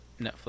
Netflix